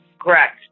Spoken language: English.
Correct